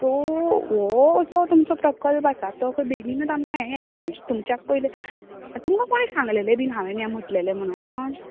so हो जो तुमचो प्रकल्प आसा तो खंय बेगीनूच आमकां ये येतलो म्हणजे तुमच्याक पयलें तुमकां कोणी सांगलेले बिन हांवें हे म्हटलेले म्हणोन